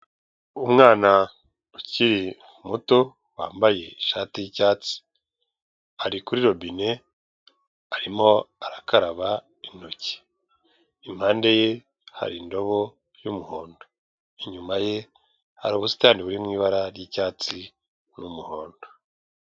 Umwana ukiri muto wambaye ishati y'icyatsi, ari kuri robine arimo arakaraba intoki. Impande ye hari indobo y'umuhondo, inyuma ye hari ubusitani buri mu ibara ry'icyatsi n'umuhondo.